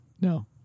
No